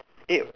eh